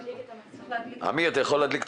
אמיר, תאמר לי